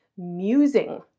musing